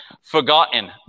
Forgotten